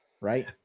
Right